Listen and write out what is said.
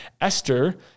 Esther